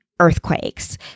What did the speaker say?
earthquakes